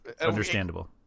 understandable